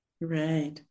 Right